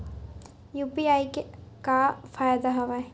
UPI के का फ़ायदा हवय?